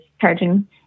charging